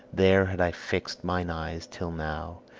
there had i fixed mine eyes till now,